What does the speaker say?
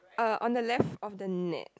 uh on the left of the net